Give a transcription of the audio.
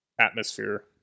atmosphere